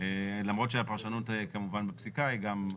למרות שהפרשות כמובן בפסיקה היא גם הפוכה,